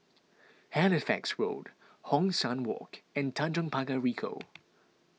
Halifax Road Hong San Walk and Tanjong Pagar Ricoh